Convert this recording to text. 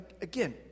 Again